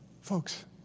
Folks